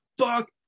fuck